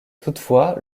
toutefois